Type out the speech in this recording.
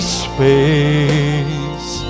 space